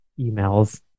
emails